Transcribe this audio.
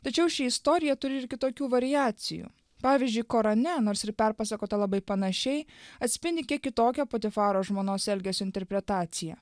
tačiau ši istorija turi ir kitokių variacijų pavyzdžiui korane nors ir perpasakota labai panašiai atspindi kiek kitokia patifaro žmonos elgesio interpretacija